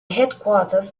headquarters